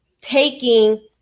taking